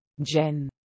jen